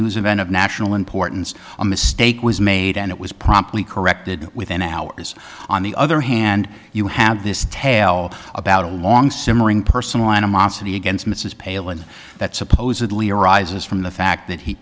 news event of national importance a mistake was made and it was promptly corrected within hours on the other hand you have this tell about a long simmering personal animosity against mrs pailin that supposedly arises from the fact that he